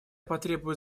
потребует